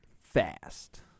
Fast